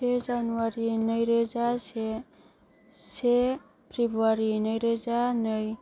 से जानुवारि नैरोजा से से फेब्रुवारि नैरोजा नै